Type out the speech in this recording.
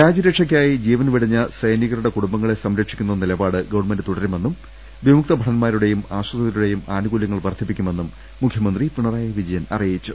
രാജ്യരക്ഷയ്ക്കായി ജീവൻ വെടിഞ്ഞ സൈനികരുടെ കുടുംബങ്ങളെ സംരക്ഷിക്കുന്ന നിലപാട് ഗ്വൺമെന്റ് തുട രുമെന്നും വിമുക്ത ഭടന്മാരുടെയും ആശ്രിതരുടെയും ആനു കൂലൃങ്ങൾ വർദ്ധിപ്പിക്കുമെന്നും മൂഖൃമന്ത്രി പിണറായി വിജ യൻ അറിയിച്ചു